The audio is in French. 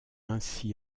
ainsi